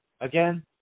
Again